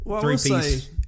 three-piece